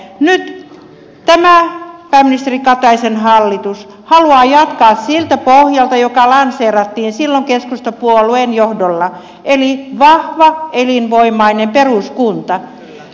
nyt tämä pääministeri kataisen hallitus haluaa jatkaa siltä pohjalta joka lanseerattiin silloin keskustapuolueen johdolla eli vahva elinvoimainen peruskunta